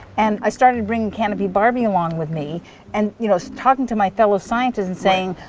and i started bringing canopy barbie along with me and, you know, so talking to my fellow scientists and saying,